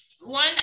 One